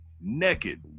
naked